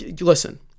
listen